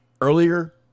earlier